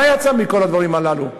מה יצא מכל הדברים הללו?